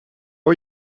are